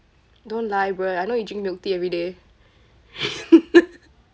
don't lie bruh I know you drink milk tea everyday